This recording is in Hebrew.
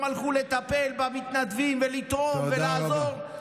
הם הלכו לטפל במתנדבים ולתרום ולעזור, תודה רבה.